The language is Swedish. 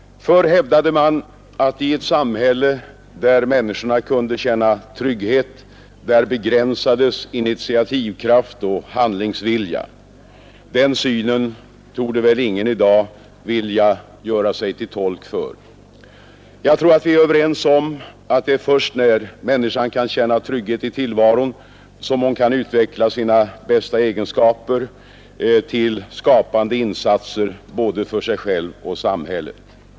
Förr hävdade man att i ett samhälle där människorna kunde känna trygghet, där begränsades initiativkraft och handlingsvilja. Den synen torde väl ingen i dag vilja göra sig till tolk för. Jag tror att vi är överens om att det är först när människan kan känna trygghet i tillvaron som hon kan utveckla sina bästa egenskaper till skapande insatser både för sig själv och för samhället.